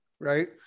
right